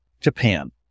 Japan